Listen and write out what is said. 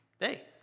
Hey